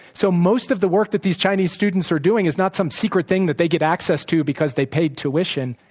so, most of the work that these chinese students are doing is not some secret thing that they get access to because they paid tuition